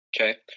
Okay